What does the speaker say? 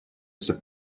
sub